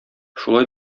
шулай